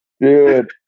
Dude